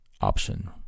option